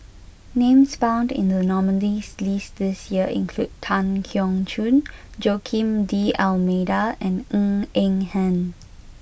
names found in the nominees' list this year include Tan Keong Choon Joaquim D'almeida and Ng Eng Hen